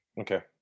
okay